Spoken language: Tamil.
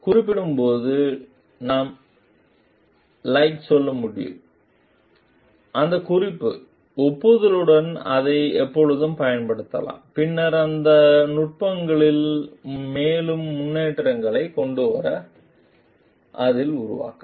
குறிப்பிடும் போது நாம் லைக் சொல்ல முடியும் அந்த குறிப்பு ஒப்புதலுடன் அதை எப்போதும் பயன்படுத்தலாம் பின்னர் அந்த நுட்பங்களில் மேலும் முன்னேற்றங்களைக் கொண்டுவர அதில் உருவாகலாம்